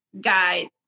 guide